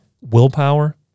willpower